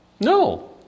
No